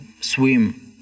swim